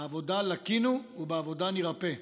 "בעבודה לקינו ובעבודה נירפא".